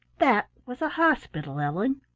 that was a hospital, ellen.